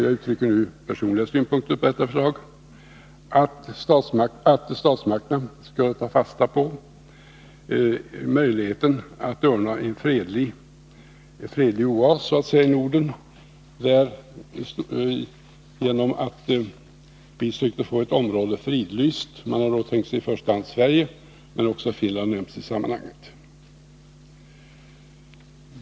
Jag uttrycker nu personliga synpunkter på detta förslag: att statsmakterna skall ta fasta på möjligheten att ordna så att säga en fredsoas i Norden genom att vi sökte få ett område fridlyst. Man har i första hand tänkt sig Sverige, men också Finland har nämnts i sammanhanget.